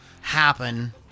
happen